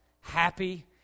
happy